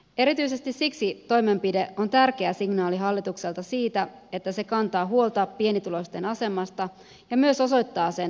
erityisesti siksi toimenpide on tärkeä signaali hallitukselta siitä että se kantaa huolta pienituloisten asemasta ja myös osoittaa sen konkreettisin toimenpitein